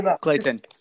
Clayton